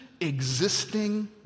existing